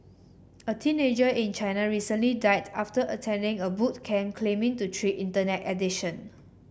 a teenager in China recently died after attending a boot camp claiming to treat Internet addiction